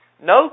No